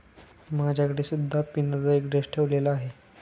माझ्याकडे सुद्धा पिनाचा एक ड्रेस ठेवलेला आहे